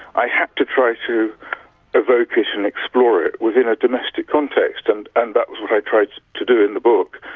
i had to try to evoke it and explore it within a domestic context, and and that was what i tried to do in the book.